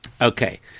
Okay